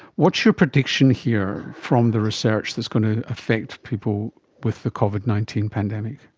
what's your prediction here from the research that's going to affect people with the covid nineteen pandemic?